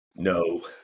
No